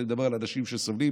אני מדבר על אנשים שסובלים,